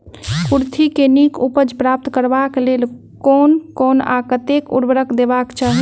कुर्थी केँ नीक उपज प्राप्त करबाक लेल केँ कुन आ कतेक उर्वरक देबाक चाहि?